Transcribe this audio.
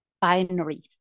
binary